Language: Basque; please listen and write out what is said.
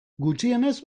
gutxienez